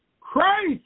Christ